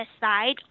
side